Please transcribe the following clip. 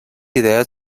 idees